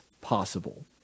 possible